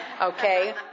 Okay